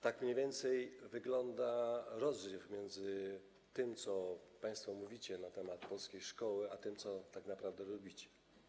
Tak mniej więcej wygląda rozziew między tym, co państwo mówicie na temat polskiej szkoły, a tym, co tak naprawdę robicie.